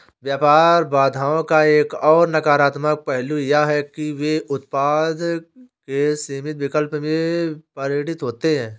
व्यापार बाधाओं का एक और नकारात्मक पहलू यह है कि वे उत्पादों के सीमित विकल्प में परिणत होते है